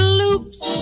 loops